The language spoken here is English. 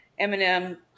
Eminem